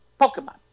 Pokemon